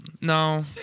No